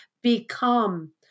become